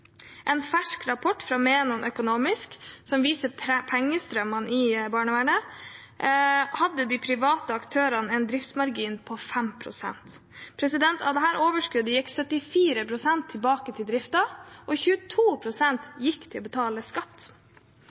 en fersk rapport fra Menon Economics som viser pengestrømmene i barnevernet, hadde de private aktørene en driftsmargin på 5 pst. Av dette overskuddet gikk 74 pst. tilbake til driften, og 22 pst. gikk til å betale skatt.